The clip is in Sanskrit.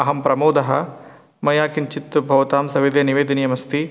अहं प्रमोदः मया किञ्चित् भवतां सविधे निवेदनीयमस्ति